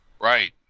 Right